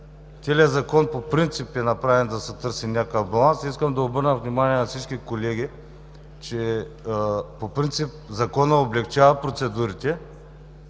е направен по принцип да се търси някакъв баланс. Исках да обърна внимание на всички колеги, че по принцип Законът облекчава процедурите.